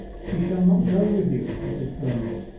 she shall not go with you he said firmly,